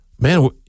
man